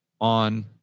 on